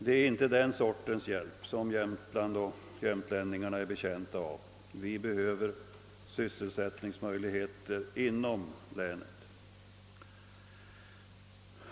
Det är inte den sortens hjälp som Jämtland och dess befolkning är betjänta av. Vi behöver sysselsättningsmöjligheter inom länet.